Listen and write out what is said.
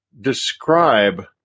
describe